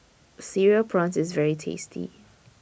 Cereal Prawns IS very tasty